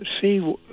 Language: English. see